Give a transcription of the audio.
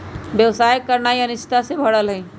व्यवसाय करनाइ अनिश्चितता से भरल हइ